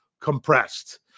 compressed